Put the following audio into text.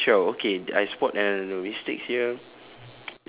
three seashell okay I spot a mistakes here